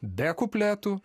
be kupletų